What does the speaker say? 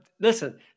listen